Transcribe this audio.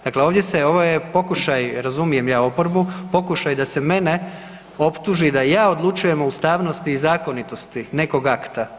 Dakle ovdje se, ovo je pokušaj, razumijem ja oporbu, pokušaj da se mene optuži da ja odlučujem o ustavnosti i zakonitosti nekog akta.